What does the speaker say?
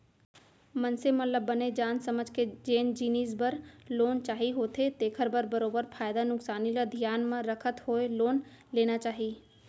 मनसे मन ल बने जान समझ के जेन जिनिस बर लोन चाही होथे तेखर बर बरोबर फायदा नुकसानी ल धियान म रखत होय लोन लेना चाही